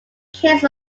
case